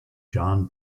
john